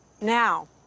now